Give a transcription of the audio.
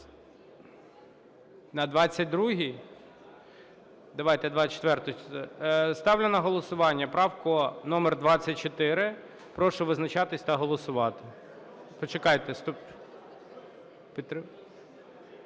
На 22-й? Давайте 24-у. Ставлю на голосування правку номер 24. Прошу визначатися та голосувати. Почекайте,